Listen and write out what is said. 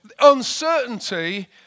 uncertainty